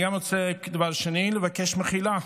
אני גם רוצה לבקש מחילה,